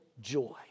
joy